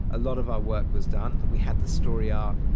a lot of our work was done that we had the story arc,